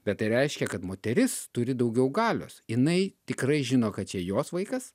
bet tai reiškia kad moteris turi daugiau galios jinai tikrai žino kad čia jos vaikas